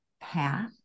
path